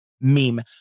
Meme